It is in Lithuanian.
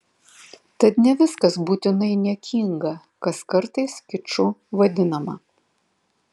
tad ne viskas būtinai niekinga kas kartais kiču vadinama